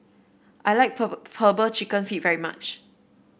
I like herbal chicken feet very much